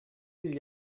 qu’il